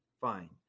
fine